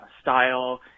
style